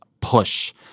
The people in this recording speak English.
push